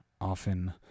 often